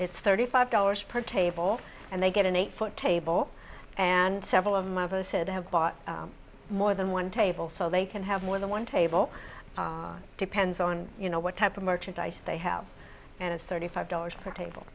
it's thirty five dollars per table and they get an eight foot table and several of them over said have bought more than one table so they can have more than one table depends on you know what type of merchandise they have and it's thirty five dollars per table